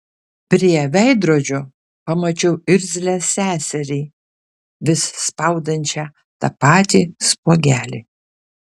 prie veidrodžio pamačiau irzlią seserį vis spaudančią tą patį spuogelį